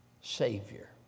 Savior